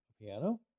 Piano